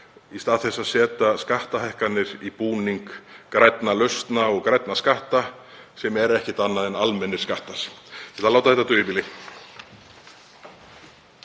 í stað þess að setja skattahækkanir í búning grænna lausna og grænna skatta sem eru ekkert annað en almennir skattar. Ég ætla að láta þetta duga